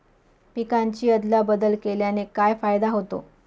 पिकांची अदला बदल केल्याने काय फायदा होतो?